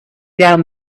down